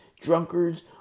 drunkards